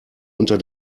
unter